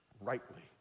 rightly